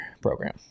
program